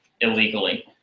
illegally